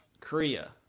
Korea